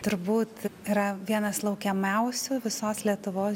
turbūt yra vienas laukiamiausių visos lietuvos